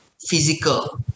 physical